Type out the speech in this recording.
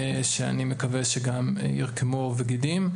שאני מקווה שירקמו עור וגידים.